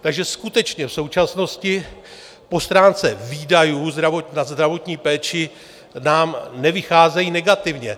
Takže skutečně v současnosti po stránce výdajů na zdravotní péči nám nevycházejí negativně.